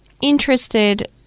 interested